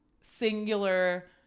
singular